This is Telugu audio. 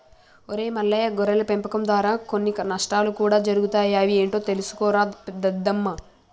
ఒరై మల్లయ్య గొర్రెల పెంపకం దారా కొన్ని నష్టాలు కూడా జరుగుతాయి అవి ఏంటో తెలుసుకోరా దద్దమ్మ